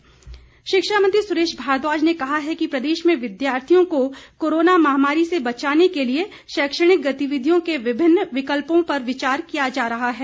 भारद्वाज शिक्षा मंत्री सुरेश भारद्वाज ने कहा है कि प्रदेश में विद्यार्थियों को कोरोना महामारी से बचाने के लिए शैक्षणिक गतिविधियों के विभिन्न विकल्पों पर विचार किया जा रहा है